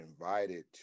invited